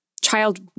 child